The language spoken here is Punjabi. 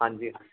ਹਾਂਜੀ